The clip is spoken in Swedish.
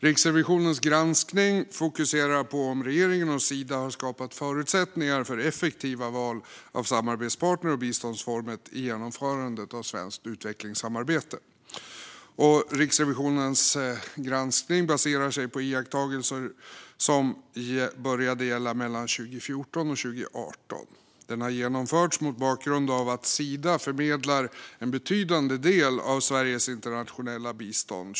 Riksrevisionens granskning fokuserar på om regeringen och Sida har skapat förutsättningar för effektiva val av samarbetspartner och biståndsformer i genomförandet av svenskt utvecklingssamarbete. Riksrevisionens granskning baserar sig på iakttagelser av strategier som började gälla mellan 2014 och 2018. Den har genomförts mot bakgrund av att Sida förmedlar en betydande del av Sveriges internationella bistånd.